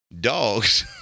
dogs